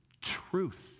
truth